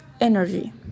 energy